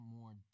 more